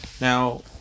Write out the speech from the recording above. Now